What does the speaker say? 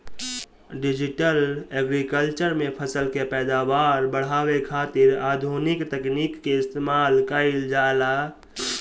digital agriculture में फसल के पैदावार बढ़ावे खातिर आधुनिक तकनीकी के इस्तेमाल कईल जाला